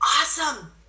awesome